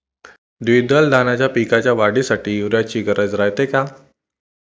द्विदल धान्याच्या पिकाच्या वाढीसाठी यूरिया ची गरज रायते का?